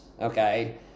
okay